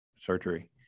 surgery